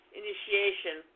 initiation